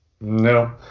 No